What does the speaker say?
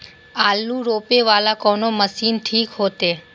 आलू रोपे वाला कोन मशीन ठीक होते?